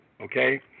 okay